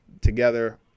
together